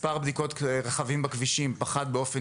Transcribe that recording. מספר בדיקות הרכבים בכבישים פחת באופן